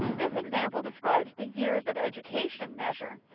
this example describes the years of education measure,